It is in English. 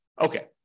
Okay